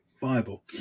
viable